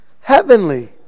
heavenly